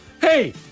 Hey